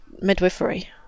midwifery